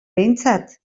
behintzat